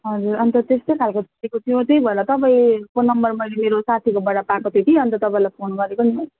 हजुर अन्त त्यस्तै खाले थियो त्यही भएर तपाईँको नम्बर मैले मेरो साथीकोबाट पाएको थिएँ कि अन्त तपाईँलाई फोन गरेको नि मैले